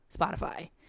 Spotify